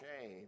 shame